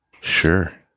Sure